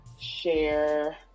share